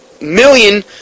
million